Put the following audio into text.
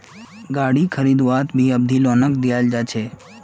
गारी खरीदवात भी अवधि लोनक दियाल जा छे